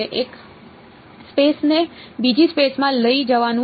એક સ્પેસ ને બીજી સ્પેસ માં લઈ જવાનું છે